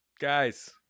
Guys